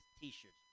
t-shirts